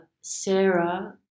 Sarah